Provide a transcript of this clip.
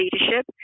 leadership